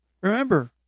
Remember